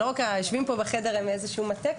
יושבים פה בחדר, והם מין מטה.